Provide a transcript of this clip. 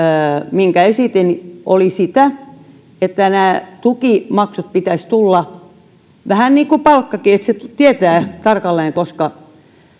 minkä esitin oli sitä että näiden tukimaksujen pitäisi tulla vähän niin kuin palkankin että sen tietää tarkalleen koska